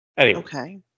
Okay